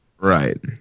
Right